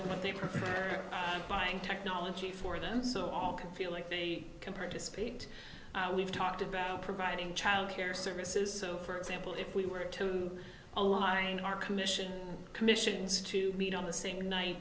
and what they prefer buying technology for them so all can feel like they can participate we've talked about providing child care services so for example if we were to align our commission commissions to meet on the same night